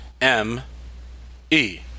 M-E